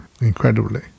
incredibly